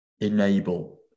enable